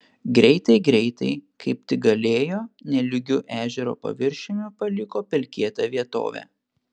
greitai greitai kaip tik galėjo nelygiu ežero paviršiumi paliko pelkėtą vietovę